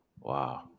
Wow